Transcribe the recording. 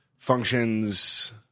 Functions